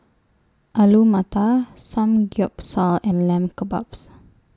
Alu Matar Samgyeopsal and Lamb Kebabs